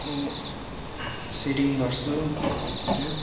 म सेडिङ गर्छु पेन्सिलले